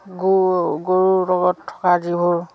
গৰুৰ লগত থকা যিবোৰ